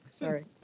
Sorry